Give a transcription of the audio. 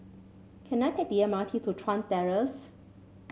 can I take the M R T to Chuan Terrace